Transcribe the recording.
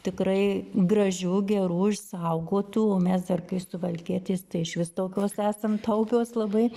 tikrai gražių gerų išsaugotų o mes dar kai suvalkietės tai išvis tokios esam taupios labai